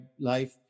life